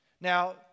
Now